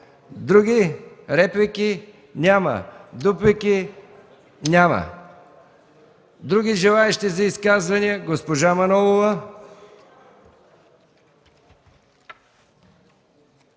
Други? Реплики? Няма. Дуплики? Няма. Други желаещи за изказване? Госпожа Манолова.